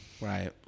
Right